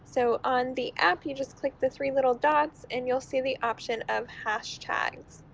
so on the app, you just click the three little dots and you'll see the option of hashtags.